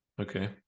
okay